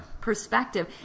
Perspective